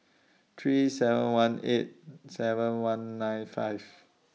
three seven one eight seven one nine five